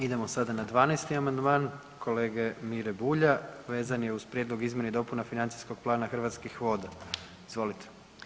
Idemo sada na 12. amandman kolege Mire Bulja, vezan je uz prijedlog izmjena i dopuna financijskog plana Hrvatskih voda, izvolite.